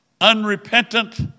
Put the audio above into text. unrepentant